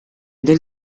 del